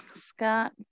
Scott